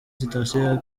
sitasiyo